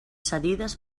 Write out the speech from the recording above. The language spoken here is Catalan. cedides